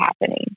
happening